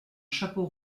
chapeau